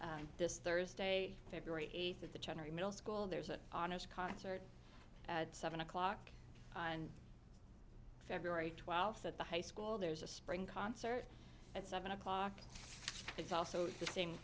this thursday february eighth at the general middle school and there's a concert at seven o'clock and february twelfth at the high school there's a spring concert at seven o'clock it's also the same